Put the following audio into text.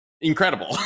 incredible